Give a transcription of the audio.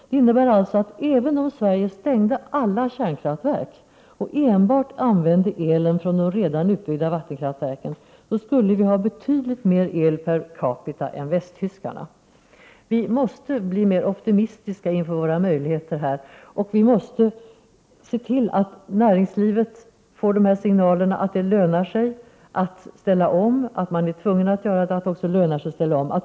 Det innebär alltså att även om vi stängde alla kärnkraftverk och enbart använde elen från de redan utbyggda vattenkraftverken, skulle vi ha betydligt mer el per capita än västtyskarna! Vi måste bli mer optimistiska inför våra möjligheter. Vi måste se till att näringslivet får de här signalerna att man är tvungen att ställa om men att det också lönar sig.